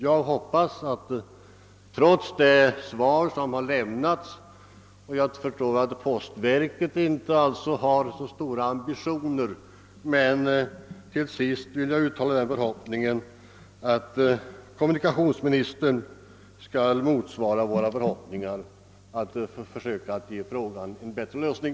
Jag förstår att postverket inte har så stora ambitioner, men jag uttalar förhoppningen att kommunikationsministern skall motsvara våra förväntningar och försöka åstadkomma en bättre lösning.